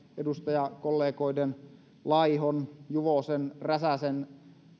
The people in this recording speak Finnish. edustajakollega laihon juvosen ja räsäsen